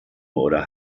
oder